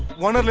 one